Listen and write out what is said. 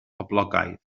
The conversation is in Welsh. poblogaidd